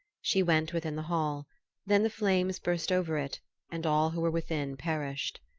she went within the hall then the flames burst over it and all who were within perished.